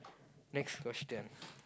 next question